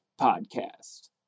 Podcast